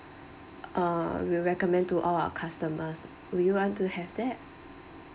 uh we will recommend to all our customer would you want to have that